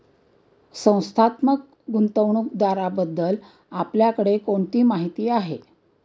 संस्थात्मक गुंतवणूकदाराबद्दल आपल्याकडे कोणती माहिती आहे?